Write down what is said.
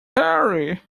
harry